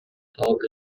дал